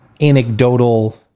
anecdotal